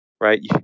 right